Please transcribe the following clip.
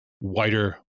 wider